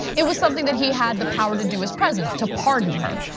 it was something that he had the power to do as president, to pardon her.